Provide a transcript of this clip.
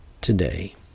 today